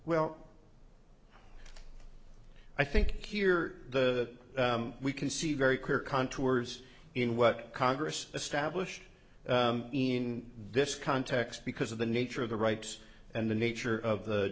well i think here the we can see very clear contours in what congress establish in this context because of the nature of the rights and the nature of the